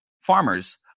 farmers